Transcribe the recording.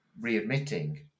readmitting